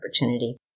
opportunity